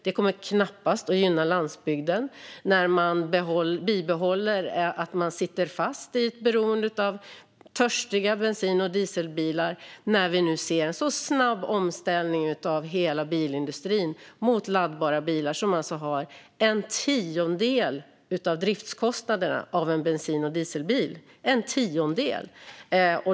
Det kommer knappast att gynna landsbygden om man bibehåller beroendet av törstiga bensin och dieselbilar när vi nu ser en sådan snabb omställning av hela bilindustrin mot laddbara bilar som har en tiondel av driftskostnaderna jämfört med en bensin eller dieselbil. En tiondel!